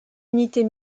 unités